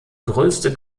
grösste